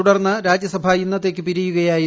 തുടർന്ന് രാജ്യസഭ ഇന്നത്തേക്ക് പിരിയുകയായിരുന്നു